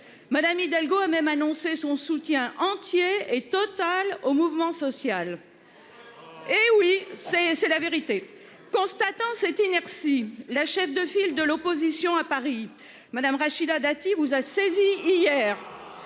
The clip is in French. Madame Hidalgo a même annoncé son soutien entier et total au mouvement social. Et oui c'est c'est la vérité. Constatant cette inertie. La chef de file de l'opposition à Paris. Madame Rachida Dati vous a saisi hier.